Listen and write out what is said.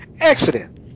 accident